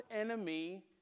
enemy